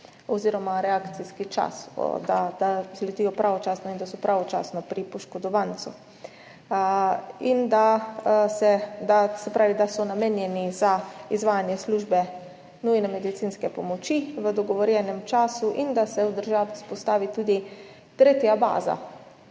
oziroma reakcijski čas, da vzletijo pravočasno in da so pravočasno pri poškodovancu. In da so namenjeni za izvajanje službe nujne medicinske pomoči v dogovorjenem času in da se v državi vzpostavi tudi tretja baza,